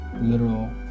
literal